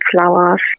flowers